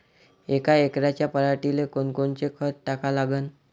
यका एकराच्या पराटीले कोनकोनचं खत टाका लागन?